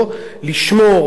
לשמור על,